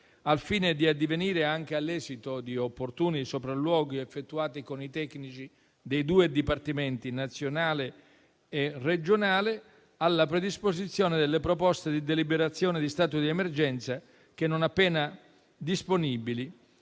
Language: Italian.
al fine di addivenire, anche all'esito di opportuni sopralluoghi effettuati con i tecnici dei due dipartimenti (nazionale e regionale), alla predisposizione delle proposte di deliberazione di stato di emergenza che, non appena disponibili,